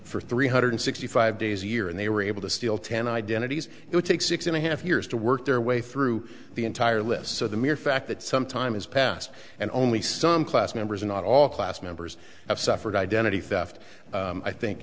for three hundred sixty five days a year and they were able to steal ten identities it would take six and a half years to work their way through the entire list so the mere fact that some time has passed and only some class members or not all class members have suffered identity theft i think